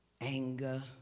Anger